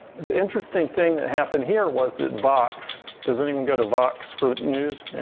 the interesting thing that happened here was that vox, does anyone go to vox for news?